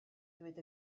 ddweud